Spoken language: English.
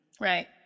Right